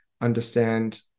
understand